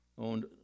owned